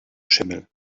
schimmel